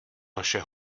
naše